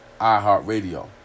iHeartRadio